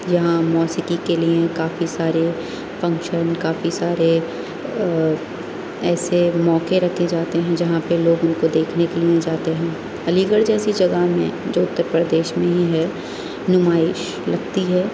یہاں موسیقی کے لیے کافی سارے فنکشن کافی سارے ایسے موقعے رکھے جاتے ہیں جہاں پہ لوگ ان کو دیکھنے کے لیے جاتے ہیں علی گڑھ جیسی جگہ میں جو اتر پردیش میں ہی ہے نمائش لگتی ہے